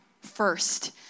first